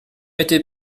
était